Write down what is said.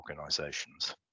organisations